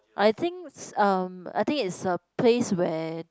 I think um I think it's a place where